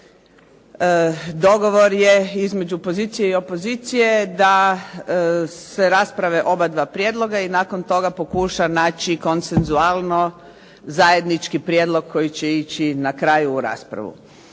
znate dogovor je između pozicije i opozicije da se rasprave obadva prijedloga i nakon toga pokuša naći konsensualno zajednički prijedlog koji će ići na kraju u raspravu.